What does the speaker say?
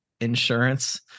insurance